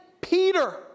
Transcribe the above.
Peter